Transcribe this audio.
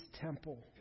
temple